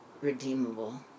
redeemable